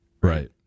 Right